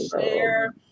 share